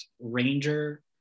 ranger